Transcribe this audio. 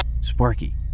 Sparky